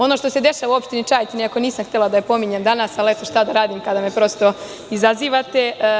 Ono što se desilo u opštini Čajetina, iako nisam htela da je pominjem danas, ali eto šta da radim kada me prosto izazivate.